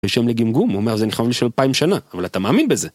לגמגום, הוא אומר זה נכתב בשביל אלפיים שנה, אבל אתה מאמין בזה?